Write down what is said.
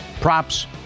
props